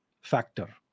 factor